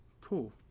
Cool